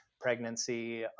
pregnancy